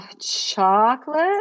Chocolate